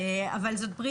זוהי ברית